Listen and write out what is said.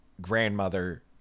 grandmother